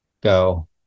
Go